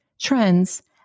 trends